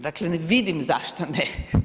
Dakle, ne vidim zašto ne.